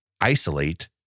isolate